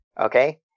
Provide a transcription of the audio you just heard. Okay